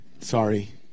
sorry